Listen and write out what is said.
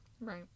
Right